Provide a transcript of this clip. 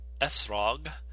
Esrog